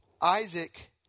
Isaac